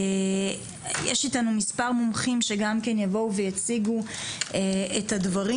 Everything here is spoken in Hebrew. יש איתנו מספר מומחים שגם כן יבואו ויציגו את הדברים.